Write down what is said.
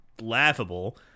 laughable